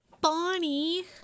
Bonnie